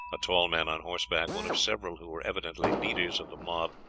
a tall man on horseback, one of several who were evidently leaders of the mob,